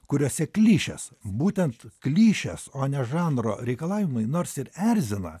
kuriose klišės būtent klišės o ne žanro reikalavimai nors ir erzina